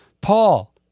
paul